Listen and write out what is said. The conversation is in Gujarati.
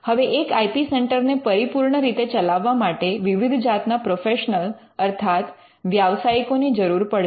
હવે એક આઇ પી સેન્ટર ને પરિપૂર્ણ રીતે ચલાવવા માટે વિવિધ જાતના પ્રોફેશનલ અર્થાત વ્યાવસાયિકોની જરૂર પડશે